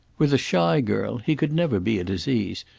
with a shy girl he could never be at his ease,